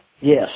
Yes